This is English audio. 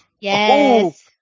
Yes